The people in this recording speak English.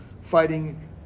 fighting